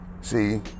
see